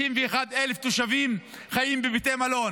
61,000 תושבים חיים בבתי מלון.